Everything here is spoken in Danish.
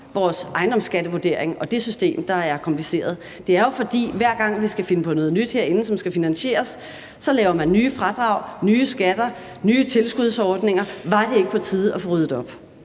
vores ejendomsvurderinger og det system, der er kompliceret – og fordi man, hver gang vi skal finde på noget nyt herinde, som skal finansieres, laver nye fradrag, nye skatter og nye tilskudsordninger. Var det ikke på tide at få ryddet op?